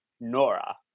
Nora